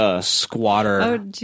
squatter